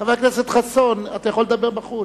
חבר הכנסת חסון, אתה יכול לדבר בחוץ.